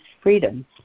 freedom